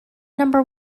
number